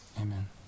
Amen